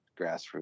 grassroots